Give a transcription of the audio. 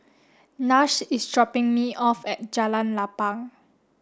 Nash is dropping me off at Jalan Lapang